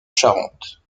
charente